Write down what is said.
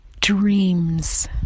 dreams